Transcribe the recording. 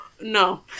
no